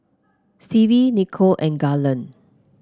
Stevie Nichol and Garland